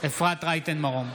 אפרת רייטן מרום,